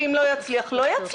ואם לא יצליח לא יצליח"?